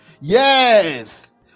Yes